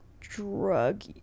drug